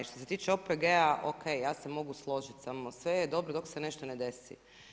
Što se tiče OPG-a, ok, ja se mogu složiti, samo sve je dobro dok se nešto ne desi.